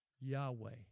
Yahweh